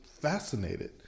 fascinated